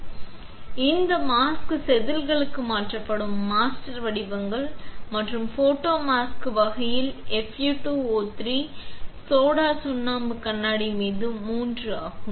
எனவே இந்த மாஸ்க் செதில்களுக்கு மாற்றப்படும் மாஸ்டர் வடிவங்கள் மற்றும் போட்டோ மாஸ்க் வகைகள் Fe2O3 Soda சுண்ணாம்பு கண்ணாடி மீது 3 ஆகும்